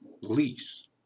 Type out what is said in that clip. lease